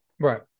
Right